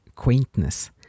quaintness